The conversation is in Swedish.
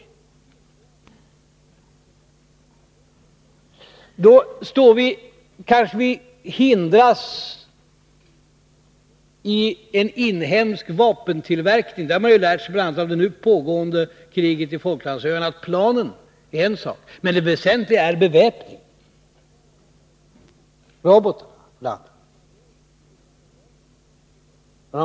Då kanske vi hindras i en inhemsk vapentillverkning. Det har man lärt sig, bl.a. av det nu pågående kriget på Falklandsöarna, att planet är en sak. Men det väsentliga är beväpningen, robotarna.